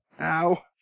Ow